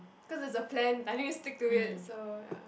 cause it's a plan I need to stick to it so ya